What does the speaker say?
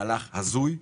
מהלך הזוי,